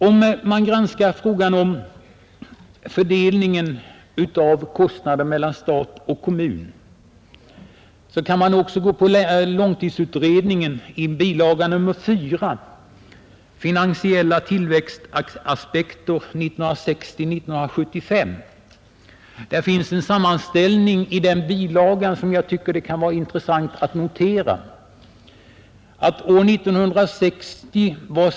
Vid en granskning av kostnadsfördelningen mellan stat och kommun kan man också gå till långtidsutredningen, bilaga 4, ”Finansiella tillväxtaspekter 1960-1975”. Där finns det en sammanställning, som jag tycker är intressant i sammanhanget.